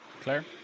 Claire